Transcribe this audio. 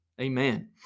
Amen